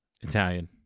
italian